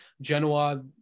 Genoa